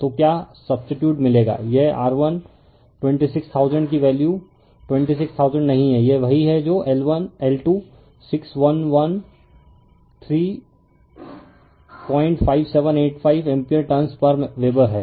तो क्या सुब्स्टीट्यट मिलेगा यह R126000 की वैल्यू 26000 नहीं है यह वही है जो L2611135785 ampere turns per weber है